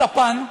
ספן,